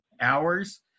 hours